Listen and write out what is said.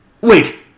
Wait